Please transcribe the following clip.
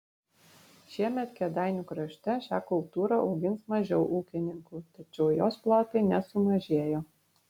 šiemet kėdainių krašte šią kultūrą augins mažiau ūkininkų tačiau jos plotai nesumažėjo